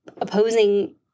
opposing